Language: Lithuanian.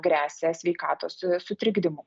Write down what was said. gresia sveikatos sutrikdymu